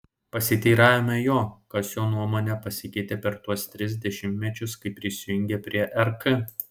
pasiteiravome jo kas jo nuomone pasikeitė per tuos tris dešimtmečius kai prisijungė prie rk